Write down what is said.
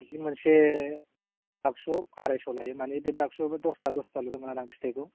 बिदि मोनसे बागसुआव आरायस' लायो माने बे बागसुआवबो दसथा दसथा होयो आरो आं फिथाइखौ